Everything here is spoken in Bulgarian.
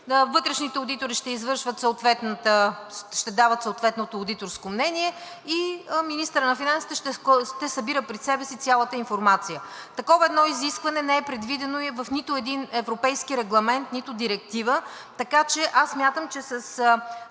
Вътрешните одитори ще дават съответното одиторско мнение и министърът на финансите ще събира при себе си цялата информация. Такова едно изискване не е предвидено в нито един европейски регламент, нито директива, така че аз смятам, че с